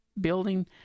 building